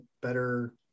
better